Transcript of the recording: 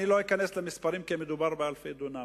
לא אכנס למספרים, כי מדובר באלפי דונמים,